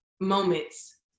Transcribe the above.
moments